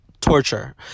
torture